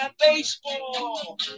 baseball